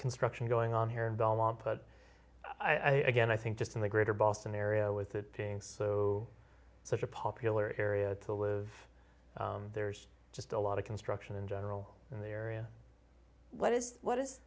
construction going on here in beaumont but i again i think just in the greater boston area with that being so such a popular area to live there's just a lot of construction in general in the area what is what is